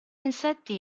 insetti